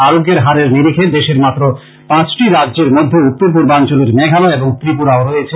আরোগ্যের হারের নিরিখে দেশের মাত্র পাঁচটি রাজ্যের মধ্যে উত্তর পূর্বাঞ্চলের মেঘালয় এবং ত্রিপুরাও রয়েছে